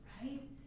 right